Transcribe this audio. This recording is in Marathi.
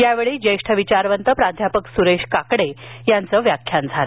यावेळी ज्येष्ठ विचारवंत प्राध्यापक सुरेश काकडे यांचं व्याख्यान झालं